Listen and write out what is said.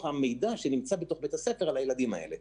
המידע שנמצא בתוך בית הספר על הילדים האלה.